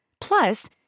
Plus